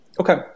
Okay